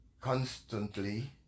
constantly